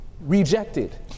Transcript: rejected